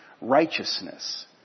righteousness